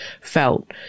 felt